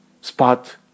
spot